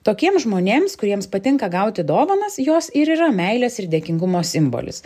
tokiem žmonėms kuriems patinka gauti dovanas jos ir yra meilės ir dėkingumo simbolis